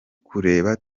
kureba